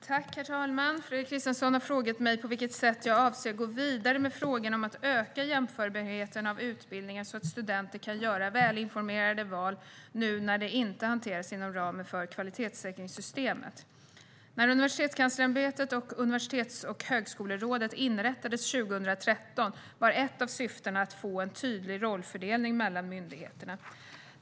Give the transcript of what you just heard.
Herr talman! Fredrik Christensson har frågat mig på vilket sätt jag avser att gå vidare med frågan om att öka jämförbarheten av utbildningar så att studenter kan göra välinformerade val nu när det inte hanteras inom ramen för kvalitetssäkringssystemet. När Universitetskanslersämbetet och Universitets och högskolerådet inrättades 2013 var ett av syftena att få en tydlig rollfördelning mellan myndigheterna.